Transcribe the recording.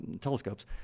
telescopes